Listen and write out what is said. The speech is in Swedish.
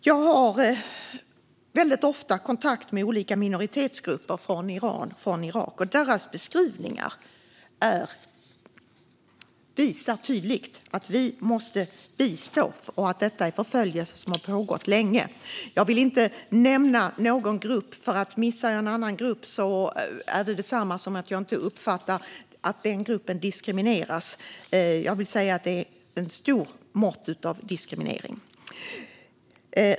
Jag har väldigt ofta kontakt med olika minoritetsgrupper från Iran och Irak. Deras beskrivningar visar tydligt att vi måste bistå. Detta är förföljelser som har pågått länge. Jag vill inte nämna någon grupp. Missar jag någon grupp är det detsamma som att jag inte uppfattar att den gruppen diskrimineras. Jag vill säga att det är ett stort mått av diskriminering.